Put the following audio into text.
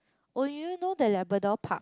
oh do you know the Labrador park